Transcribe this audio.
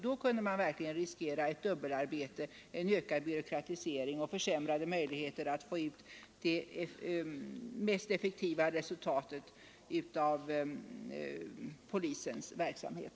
Då kunde man verkligen riskera dubbelarbete, ökad byråkratisering och försämrade möjligheter att få ut det mest effektiva resultatet av polisens verksamhet.